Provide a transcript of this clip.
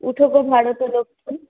উঠো গো ভারত লক্ষ্মী